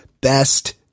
best